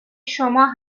شما